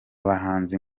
bahanzi